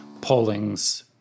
polling's